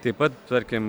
taip pat tarkim